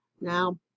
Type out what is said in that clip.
Now